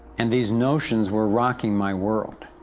and these notions were rocking my world.